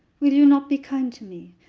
will you not be kind to me?